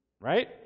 Right